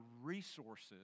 resources